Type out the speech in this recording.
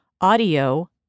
audio